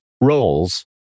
roles